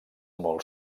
molt